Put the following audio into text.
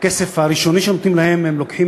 הכסף הראשוני שהם נותנים להם הם לוקחים